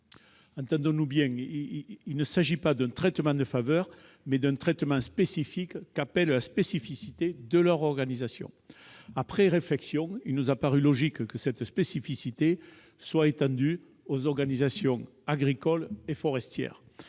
Entendons-nous bien, il s'agit non pas d'un traitement de faveur, mais d'un traitement spécifique, qu'appelle la spécificité de leur organisation. Après réflexion, il nous a paru logique que cette spécificité soit étendue aux organisations agricoles et forestières,